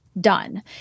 done